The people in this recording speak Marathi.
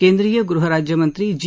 केंद्रीय गृहराज्यमंत्री जी